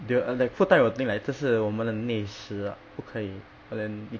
they were err like full time will think like 这是我们的内事 [what] 不可以 but then